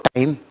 Time